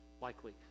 likely